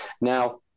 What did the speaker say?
now